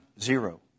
Zero